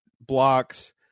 blocks